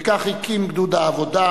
וכך הקים "גדוד העבודה"